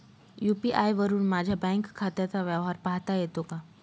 UPI वरुन माझ्या bank खात्याचा व्यवहार पाहता येतो का?